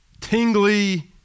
tingly